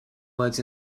words